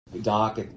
Doc